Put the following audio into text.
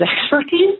expertise